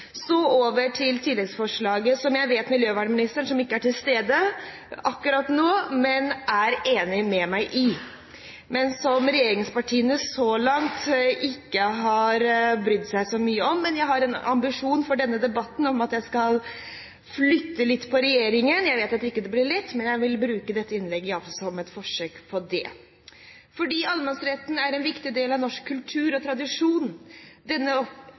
Så over til tilleggsforslaget, som jeg vet at miljøvernministeren – som ikke er til stede akkurat nå – er enig med meg i, men som regjeringspartiene så langt ikke har brydd seg så mye om. Men jeg har en ambisjon for denne debatten om at jeg skal flytte litt på regjeringen. Jeg vet at det ikke blir lett, men jeg vil iallfall bruke dette innlegget som et forsøk på det. Allemannsretten er en viktig del av norsk kultur og tradisjon. Denne